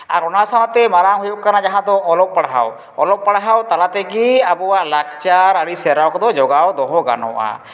ᱟᱨ ᱚᱱᱟ ᱥᱟᱶᱛᱮ ᱢᱟᱨᱟᱝ ᱦᱩᱭᱩᱜ ᱠᱟᱱᱟ ᱡᱟᱦᱟᱸ ᱫᱚ ᱚᱞᱚᱜ ᱯᱟᱲᱦᱟᱣ ᱚᱞᱚᱜ ᱯᱟᱲᱦᱟᱣ ᱛᱟᱞᱟ ᱛᱮᱜᱮ ᱟᱵᱚᱣᱟᱜ ᱞᱟᱞᱪᱟᱨ ᱟᱹᱨᱤ ᱥᱮᱨᱣᱟ ᱠᱚᱫᱚ ᱡᱚᱜᱟᱣ ᱫᱚᱦᱚ ᱜᱟᱱᱚᱜᱼᱟ